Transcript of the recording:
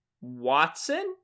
Watson